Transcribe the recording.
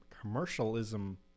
commercialism